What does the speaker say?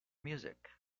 music